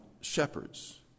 shepherds